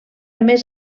més